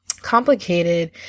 complicated